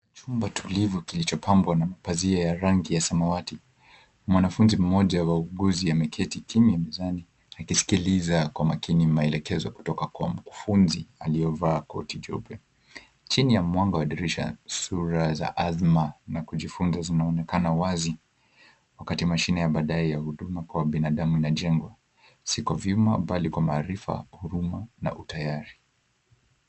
Chumba tulivu kilichopambwa na pazia ya rangi ya samawati. Mwanafunzi mmoja wa upuzi ameketi chini mezani akisikiliza kwa makini maelekezo kutoka kwa mkufunzi aliyevaa koti jeupe. Chini ya mwanga wa dirisha, sura za azma na kujifunza zinaoenekana wazi wakati mashine ya baadaye ya huduma kwa binadamu inajengwa. Si kwa vyuma bali kwa maarifa, huruma na utayari.